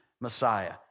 Messiah